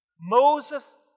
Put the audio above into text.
Moses